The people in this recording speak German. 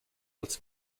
als